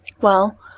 Well